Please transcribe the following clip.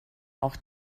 auch